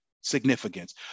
significance